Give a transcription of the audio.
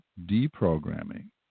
deprogramming